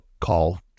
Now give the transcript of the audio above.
call